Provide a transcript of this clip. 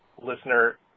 listener